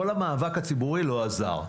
כל המאבק הציבורי לא עזר.